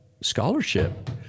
scholarship